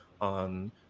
on